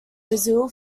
brazil